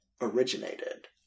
originated